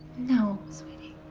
no, sweetie.